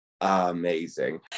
amazing